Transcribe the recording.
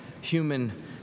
human